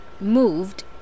moved